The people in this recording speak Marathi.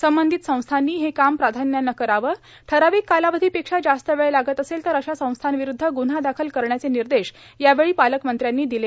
संबंधित संस्थांनी हे काम प्राधान्याने करावेण् ठराविक कालावधीपेक्षा जास्त वेळ लागत असेल तर अशा संस्थांविरुध्द ग्रुन्हा दाखल करण्याचे निर्देश यावेळी पालकमंत्र्यांनी दिले